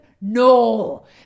No